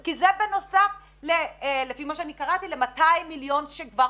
כי לפי מה שאני קראתי זה בנוסף ל-200 מיליון שקלים שכבר